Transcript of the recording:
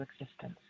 existence